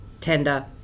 tender